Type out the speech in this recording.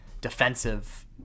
defensive